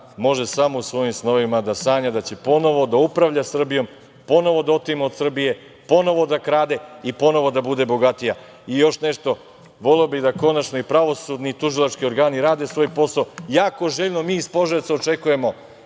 može samo u svojim snovima da sanja da će ponovo da upravlja Srbijom, ponovo da otima od Srbije, ponovo da krade i ponovo da bude bogatija. Još nešto, voleo bih da konačno i pravosudni i tužilački organi rade svoj posao. Jako željno mi iz Požarevca očekujemo